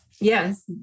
yes